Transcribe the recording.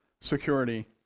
security